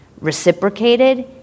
reciprocated